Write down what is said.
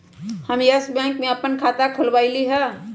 हम Yes Bank में अप्पन नया खाता खोलबईलि ह